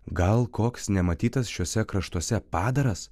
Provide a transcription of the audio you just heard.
gal koks nematytas šiuose kraštuose padaras